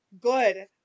Good